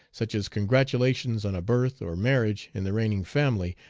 such as congratulations on a birth or marriage in the reigning family,